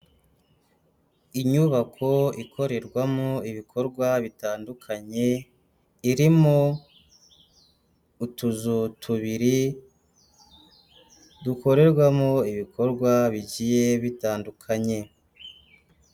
Inyubako ikorerwamo ibikorwa bitandukanye irimo utuzu tubiri dukorerwamo ibikorwa bigiye bitandukanye.